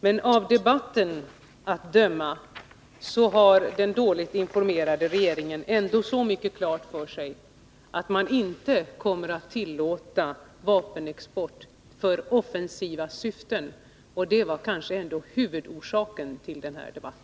Men av debatten att döma har den dåligt informerade regeringen ändå så mycket klart för sig att den inte kommer att tillåta vapenexport för offensiva syften. Och farhågor för en sådan export var ändå huvudorsaken till denna debatt.